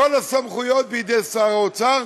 וכל הסמכויות בידי שר האוצר,